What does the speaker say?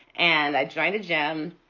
and i joined a gym.